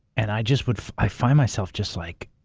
and i just would, i find myself just like,